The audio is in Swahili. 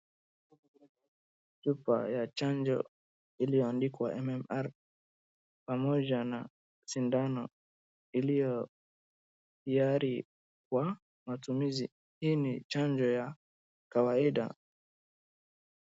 Chupa ya chanjo iliyoandikwa M-M-R pamoja na sindano iliyo tayari kwa matumizi. Hii ni chanjo ya kawaida.